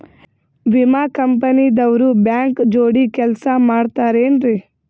ವಿಮಾ ಕಂಪನಿ ದವ್ರು ಬ್ಯಾಂಕ ಜೋಡಿ ಕೆಲ್ಸ ಮಾಡತಾರೆನ್ರಿ?